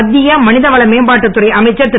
மத்திய மனித வள மேம்பாட்டுத் துறை அமைச்சர் திரு